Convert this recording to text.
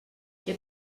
què